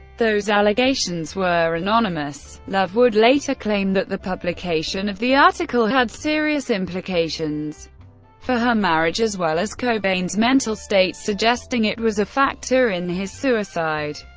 those allegations were anonymous. love would later claim that the publication of the article had serious implications for her marriage as well as cobain's mental state, suggesting it was a factor in his suicide.